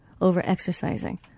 over-exercising